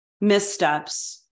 missteps